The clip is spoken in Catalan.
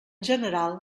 general